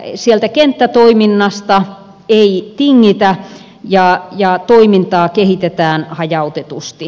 eli sieltä kenttätoiminnasta ei tingitä ja toimintaa kehitetään hajautetusti